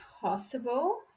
possible